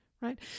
right